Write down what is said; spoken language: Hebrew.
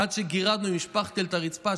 עד שגירדנו עם שפכטל את הרצפה,